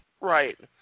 Right